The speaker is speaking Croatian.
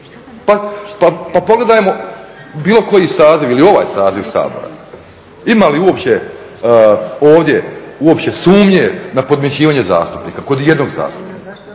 Pa pogledajmo bilo koji saziv ili ovaj saziv Sabora, ima li uopće ovdje uopće sumnje na podmićivanje zastupnika kod ijednog zastupnika?